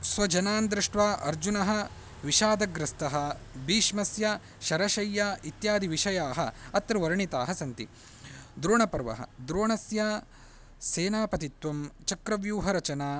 स्वजनान् दृष्ट्वा अर्जुनः विषादग्रस्तः भीष्मस्य शरशय्या इत्यादिविषयाः अत्र वर्णिताः सन्ति द्रोणपर्व द्रोणस्य सेनापतित्वं चक्रव्यूहरचना